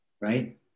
Right